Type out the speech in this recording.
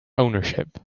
ownership